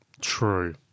True